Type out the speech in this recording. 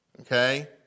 Okay